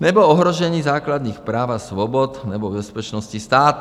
nebo ohrožení základních práv a svobod nebo bezpečnosti státu.